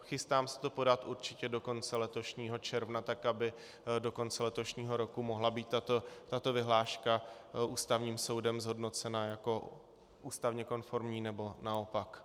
Chystám se to podat určitě do konce letošního června tak, aby do konce letošního roku mohla být tato vyhláška Ústavním soudem zhodnocena jako ústavně konformní, nebo naopak.